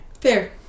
Fair